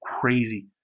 crazy